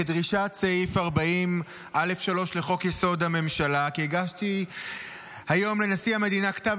כדרישת סעיף 40(א)(3) לחוק-יסוד: הממשלה כי הגשתי היום לנשיא המדינה כתב